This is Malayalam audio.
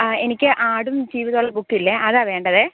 ആ എനിക്ക് ആടും ജീവിതവുള്ള ബുക്കില്ലേ അതാണ് വേണ്ടത്